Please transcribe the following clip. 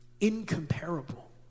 incomparable